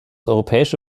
europäische